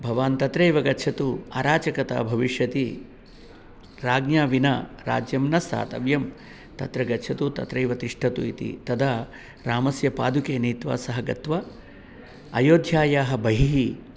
भवान् तत्रैव गच्छतु अराजकता भविष्यति रज्ञा विना राज्यं न स्थातव्यं तत्र गच्छतु तत्रैव तिष्ठतु इति तदा रामस्य पादुके नीत्वा सः गत्वा अयोध्यायाः बहिः